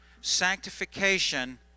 sanctification